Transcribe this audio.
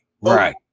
right